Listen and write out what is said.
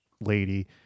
lady